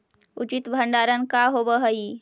उचित भंडारण का होव हइ?